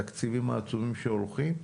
התקציבים העצומים שהולכים.